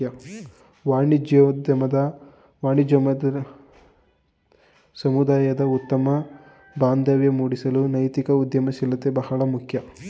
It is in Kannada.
ವಾಣಿಜ್ಯೋದ್ಯಮದಲ್ಲಿ ಸಮುದಾಯದ ಉತ್ತಮ ಬಾಂಧವ್ಯ ಮೂಡಿಸಲು ನೈತಿಕ ಉದ್ಯಮಶೀಲತೆ ಬಹಳ ಮುಖ್ಯ